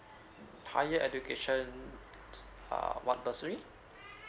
higher education s~ err what bursary